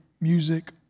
music